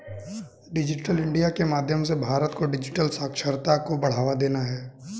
digital India के माध्यम से भारत को डिजिटल साक्षरता को बढ़ावा देना है